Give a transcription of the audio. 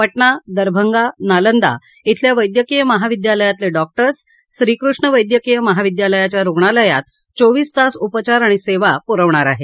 पटना दरभंगा नालंदा खेल्या वैद्यकीय महाविद्यालयातले डॉक्टर्स श्रीकृष्ण वैद्यकीय महाविद्यालयाच्या रुग्णालयात चोवीस तास उपचार आणि सेवा पुरवणार आहेत